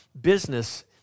business